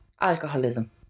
Alcoholism